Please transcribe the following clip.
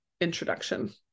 introduction